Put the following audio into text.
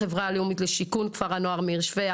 "החברה הלאומית לשיכון כפר הנוער מהאיר שפיה",